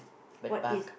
Bird Park